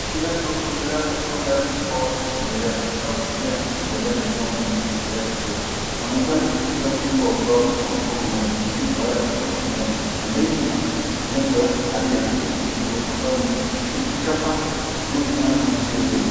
Mshindani wa kuogelea akiwa ndani ya bwawa la kuogelea amevaa kofia ya kuogelea na miwani ya kuogelea shingoni. Anaonekana kushikilia ukingo wa bwawa kwa mkono mmoja pengine baada ya kumaliza mashindano. Pembeni kuna nembo ya Alliance na Speedo ambavyo ni chapa inayohusiana na mchezo.